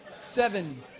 seven